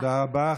תודה רבה.